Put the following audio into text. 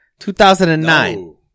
2009